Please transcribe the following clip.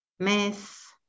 mess